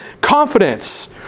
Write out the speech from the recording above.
confidence